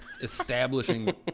establishing